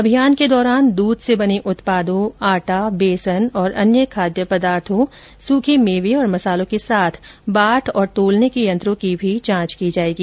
अभियान के दौरा दूध से बने उत्पादों आटा बेसन और अन्य खाद्य पदार्थों सुखे मेवे और मसालों के साथ बाट तथा तोलने के यंत्रों की भी जांच की जाएगी